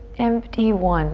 empty, one.